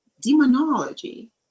demonology